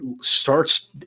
starts